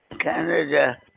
Canada